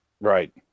right